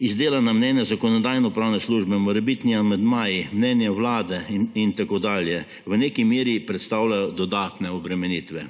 izdelana mnenja Zakonodajno-pravne službe, morebitni amandmaji, mnenje Vlade in tako dalje v neki meri predstavljajo dodatne obremenitve.